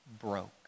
broke